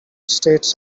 states